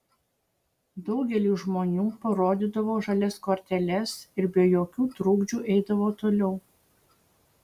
daugelis žmonių parodydavo žalias korteles ir be jokių trukdžių eidavo toliau